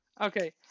Okay